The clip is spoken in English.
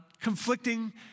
conflicting